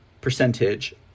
percentage